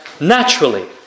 naturally